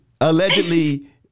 allegedly